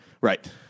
Right